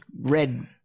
red